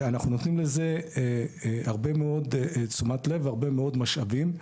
אנחנו נותנים לזה הרבה מאוד תשומת לב והרבה מאוד משאבים.